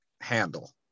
handle